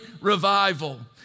revival